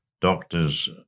doctors